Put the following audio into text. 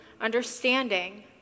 understanding